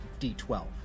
d12